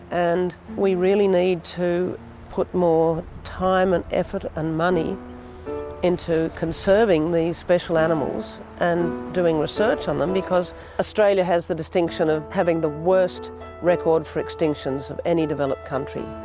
and we really need to put more time and effort and money into conserving these special animals and doing research on them, because australia has the distinction of having the worst record for extinctions of any developed country.